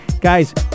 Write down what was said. Guys